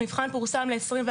המבחן פורסם ל-2021,